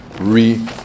re